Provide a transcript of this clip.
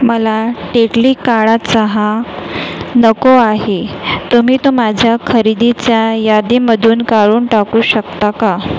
मला टेटली काळा चहा नको आहे तुम्ही तो माझ्या खरेदीच्या यादीमधून काढून टाकू शकता का